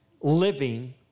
living